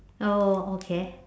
oh okay